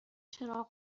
چراغ